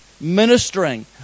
ministering